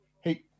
Hey